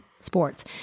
sports